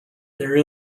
there